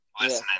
listening